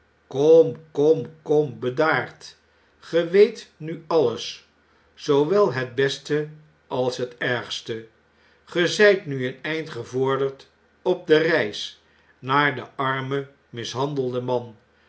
kom kom kom bedaardl ge weet nu alles zoowel het beste als het ergste ge zijt nu een eind gevorderd op de reis naar den armen mishandelden man